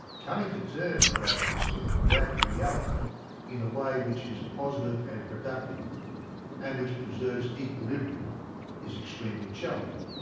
coming to terms with that understanding that reality in a way which is positive and productive and which preserves equilibrium is extremely challenging.